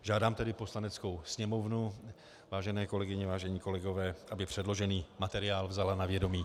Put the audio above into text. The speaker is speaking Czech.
Žádám tedy Poslaneckou sněmovnu, vážené kolegyně, vážení kolegové, aby předložený materiál vzala na vědomí.